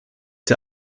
der